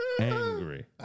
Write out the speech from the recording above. angry